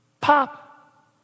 pop